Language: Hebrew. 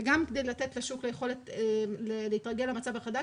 וגם כדי לתת לשוק יכולת להתרגל למצב החדש